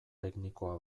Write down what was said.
teknikoa